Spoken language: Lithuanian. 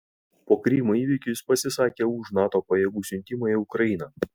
po krymo įvykių jis pasisakė už nato pajėgų siuntimą į ukrainą